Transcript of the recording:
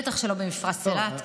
בטח שלא במפרץ אילת.